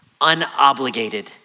unobligated